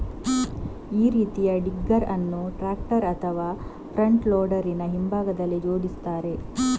ಈ ರೀತಿಯ ಡಿಗ್ಗರ್ ಅನ್ನು ಟ್ರಾಕ್ಟರ್ ಅಥವಾ ಫ್ರಂಟ್ ಲೋಡರಿನ ಹಿಂಭಾಗದಲ್ಲಿ ಜೋಡಿಸ್ತಾರೆ